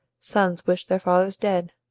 sons wished their fathers dead,